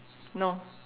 no